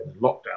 lockdown